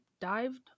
dived